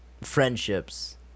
friendships